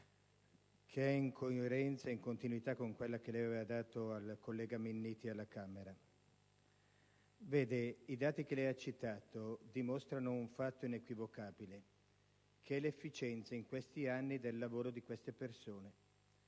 che è in coerenza e in continuità con quella che ha dato al collega Minniti alla Camera. I dati che lei ha citato dimostrano un fatto inequivocabile: l'efficienza del lavoro di queste persone